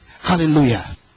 hallelujah